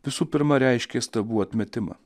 visų pirma reiškia stabų atmetimą